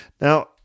now